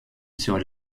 sur